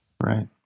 Right